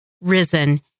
risen